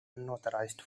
unauthorized